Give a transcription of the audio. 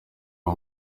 uwo